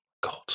god